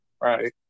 right